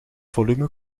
volume